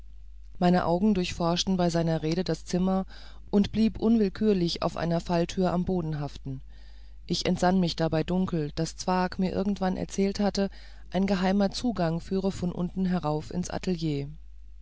meine augen durchforschten bei seiner rede das zimmer und blieben unwillkürlich auf einer falltüre am boden haften ich entsann mich dabei dunkel daß zwakh mir irgendwann erzählt hatte ein geheimer zugang führe von unten herauf ins atelier